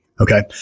Okay